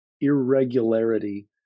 irregularity